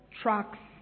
trucks